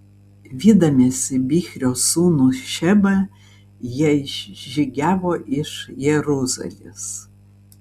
vydamiesi bichrio sūnų šebą jie išžygiavo iš jeruzalės